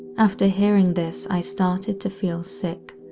after hearing this i started to feel sick,